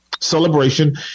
Celebration